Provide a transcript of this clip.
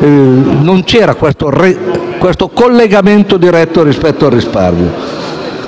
non c'era questo collegamento diretto.